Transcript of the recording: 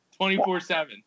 24-7